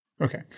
Okay